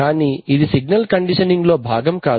కానీ ఇది signal conditioning లో భాగం కాదు